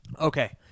Okay